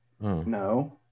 No